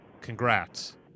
congrats